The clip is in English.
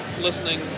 listening